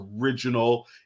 original